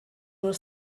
were